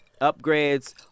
upgrades